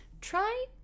Try